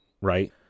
right